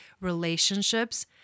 relationships